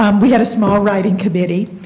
um we had a small writing committee,